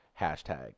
hashtag